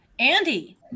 Andy